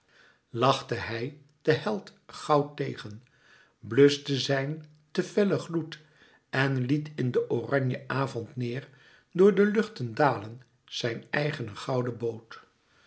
lachte hij den held goud tegen bluschte zijn te fellen gloed en liet in den oranje avond neêr door de luchten dalen zijn eigen en gouden boot